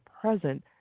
present